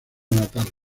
natal